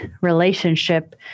relationship